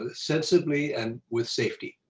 ah sensibly and with safety.